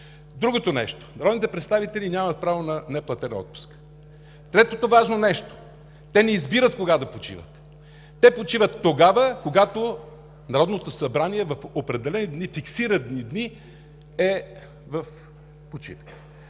Другото нещо – народните представители нямат право на неплатен отпуск. Третото важно нещо – те не избират кога да почиват. Те почиват тогава, когато Народното събрание в определени фиксирани дни е в почивка.